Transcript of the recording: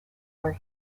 where